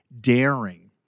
daring